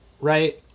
right